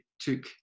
took